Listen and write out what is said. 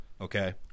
Okay